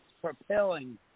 propelling